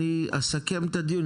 אני אסכם את הדיון.